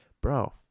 bro